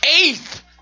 eighth